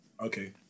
okay